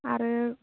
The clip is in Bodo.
आरो